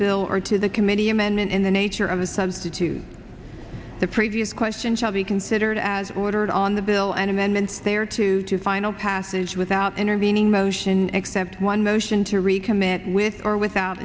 bill or to the committee amendment in the nature of a substitute the previous question shall be considered as ordered on the bill and then they are to final passage without intervening motion except one motion to recommit with or without